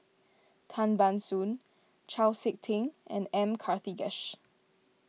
Tan Ban Soon Chau Sik Ting and M Karthigesu